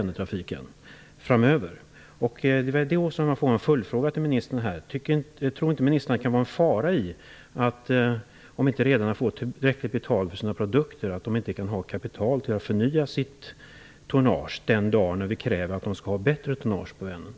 Detta föranleder en följdfråga till ministern: Tror inte ministern att det kan ligga en fara i att redarna, om de inte får tillräckligt betalt för sina produkter, inte kan ha kapital för att förnya sitt tonnage den dag vi kräver att de skall ha bättre tonnage på Vänern?